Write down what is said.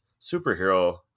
superhero